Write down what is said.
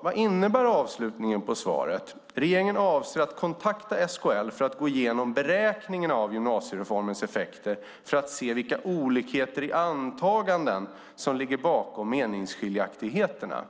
Vad innebär avslutningen på svaret? Det står: Regeringen avser att kontakta SKL för att gå igenom beräkningarna av gymnasiereformens effekter för att se vilka olikheter i antagandena som ligger bakom meningsskiljaktigheterna.